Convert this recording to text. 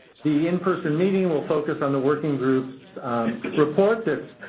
the in-person meeting will focus on the working groups' report that's,